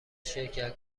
شرکت